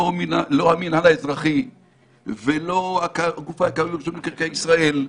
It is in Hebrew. לא המינהל האזרחי ולא הגוף ברשות מקרקעי ישראל,